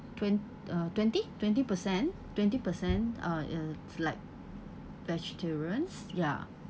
twen~ uh twenty twenty percent twenty percent uh is like vegetarians ya